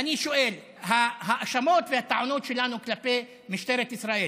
אני שואל: ההאשמות והטענות שלנו כלפי משטרת ישראל,